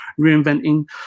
reinventing